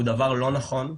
הוא דבר לא נכון,